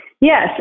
Yes